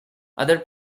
other